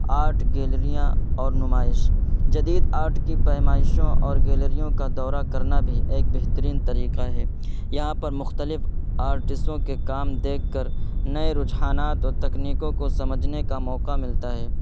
art گیلریاں اور نمائش جدید آرٹ کی پیمائشوں اور گیلریوں کا دورہ کرنا بھی ایک بہترین طریقہ ہے یہاں پر مختلف آرٹسوں کے کام دیکھ کر ںئے رجحانات اور تکنیکوں کو سمجھنے کا موقع ملتا ہے